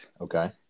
okay